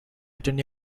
between